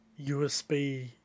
USB